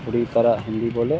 पूरी तरह हिन्दी बोलें